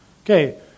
Okay